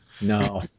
No